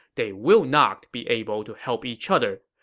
they will not be able to help each other.